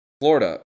Florida